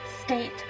state